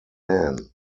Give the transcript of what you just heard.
men